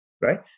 Right